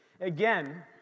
again